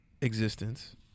existence